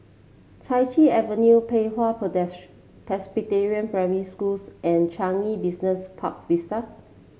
Chai Chee Avenue Pei Hwa Presbyterian Primary School and Changi Business Park Vista